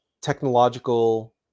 technological